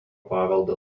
paveldo